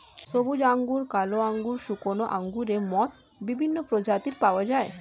সবুজ আঙ্গুর, কালো আঙ্গুর, শুকনো আঙ্গুরের মত বিভিন্ন প্রজাতির পাওয়া যায়